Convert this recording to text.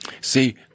See